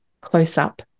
close-up